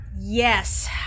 Yes